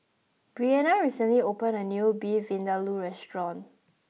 Brianna recently opened a new Beef Vindaloo restaurant